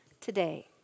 today